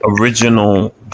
original